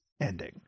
ending